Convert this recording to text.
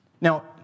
Now